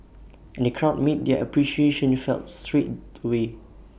and the crowd made their appreciation felt straight away